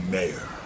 Mayor